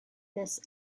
this